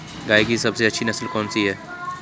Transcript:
गाय की सबसे अच्छी नस्ल कौनसी है?